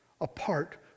apart